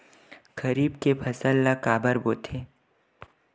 खरीफ के फसल ला काबर बोथे?